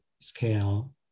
scale